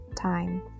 time